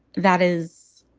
that is.